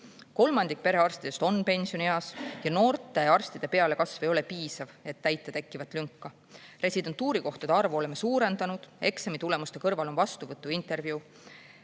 Kolmandik perearstidest on pensionieas ja noorte arstide pealekasv ei ole piisav, et täita tekkivat lünka. Residentuurikohtade arvu oleme suurendanud, eksamitulemuste kõrval on vastuvõtuintervjuu.